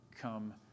come